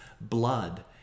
blood